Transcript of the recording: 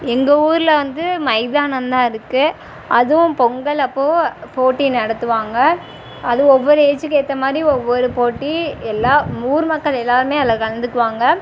எங்கள் ஊரில் வந்து மைதானம் தான் இருக்கு அதுவும் பொங்கல் அப்போது போட்டி நடத்துவாங்க அது ஒவ்வொரு ஏஜுக்கு ஏற்ற மாதிரி ஒவ்வொரு போட்டி எல்லா ஊர் மக்கள் எல்லோருமே அதில் கலந்துக்குவாங்க